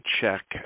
check